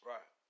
Right